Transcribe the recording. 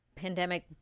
pandemic